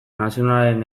nazionalaren